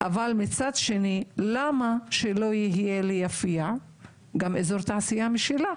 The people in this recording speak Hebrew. אבל מצד שני למה שלא יהיה ליפיע גם אזור תעשייה משלה?